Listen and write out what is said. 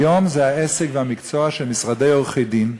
היום זה העסק והמקצוע של משרדי עורכי-דין,